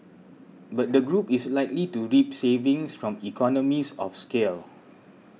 but the group is likely to reap savings from economies of scale